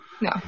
No